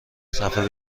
صفحه